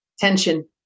Tension